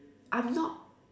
I'm not